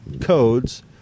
codes